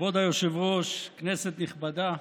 כבוד היושב-ראש, כנסת נכבדה,